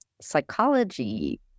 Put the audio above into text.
psychology